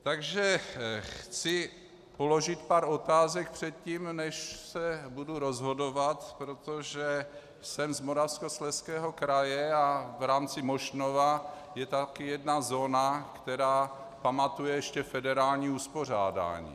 Takže chci položit pár otázek předtím, než se budu rozhodovat, protože jsem z Moravskoslezského kraje a v rámci Mošnova je také jedna zóna, která pamatuje ještě federální uspořádání.